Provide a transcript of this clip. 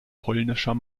polnischer